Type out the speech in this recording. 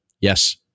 Yes